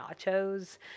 nachos